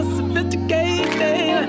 Sophisticated